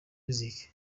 music